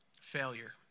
Failure